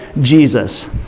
Jesus